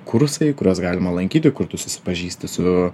kursai kuriuos galima lankyti kur tu susipažįsti su